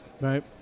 right